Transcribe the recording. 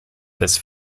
this